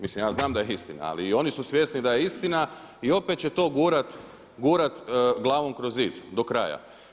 Mislim ja znam da je istina, ali i oni su svjesni da je istina i opet će to gurati glavom kroz zid do kraja.